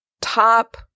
top